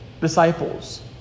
disciples